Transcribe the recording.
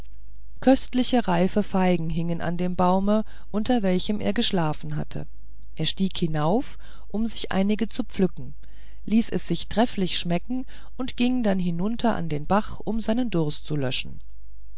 köstliche reife feigen hingen an dem baume unter welchem er geschlafen hatte er stieg hinauf um sich einige zu pflücken ließ es sich trefflich schmecken und ging dann hinunter an den bach um seinen durst zu löschen